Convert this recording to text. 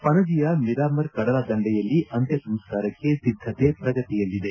ಪಣಜಿಯ ಮಿರಾಮರ್ ಕಡಲ ದಂಡೆಯಲ್ಲಿ ಅಂತ್ಯಸಂಸ್ಕಾರಕ್ಕೆ ಸಿದ್ದತೆ ಪ್ರಗತಿಯಲ್ಲಿದೆ